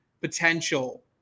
potential